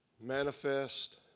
manifest